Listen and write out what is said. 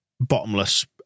bottomless